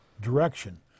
direction